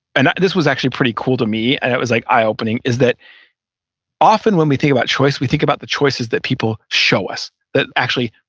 and this was actually pretty cool to me and it was like eye opening, is that often when we think about choice, we think about the choices that people show us that actually,